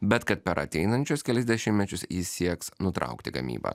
bet kad per ateinančius kelis dešimtmečius ji sieks nutraukti gamybą